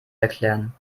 erklären